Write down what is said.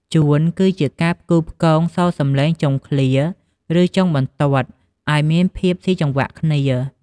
ជួន គឺជាការផ្គូផ្គងសូរសំឡេងចុងឃ្លា ឬចុងបន្ទាត់ឱ្យមានភាពស៊ីចង្វាក់គ្នា។